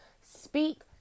Speak